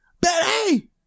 Betty